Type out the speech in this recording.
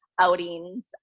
outings